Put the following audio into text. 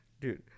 dude